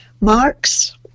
marks